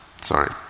Sorry